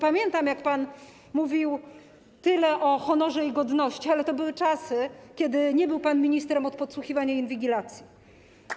Pamiętam, jak pan mówił tyle o honorze i godności, ale to były czasy, kiedy nie był pan ministrem od podsłuchiwania i inwigilacji.